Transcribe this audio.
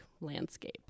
landscape